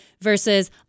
versus